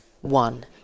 one